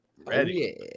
Ready